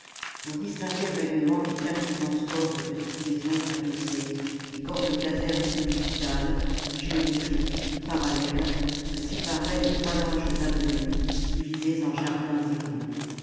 on distinguait vaguement les quatre immenses corps de petites maisons adossées des corps de caserne ou d'hôpital géométriques parallèles que séparaient les trois larges avenues divisées en jardins égaux